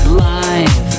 life